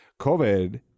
COVID